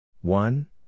One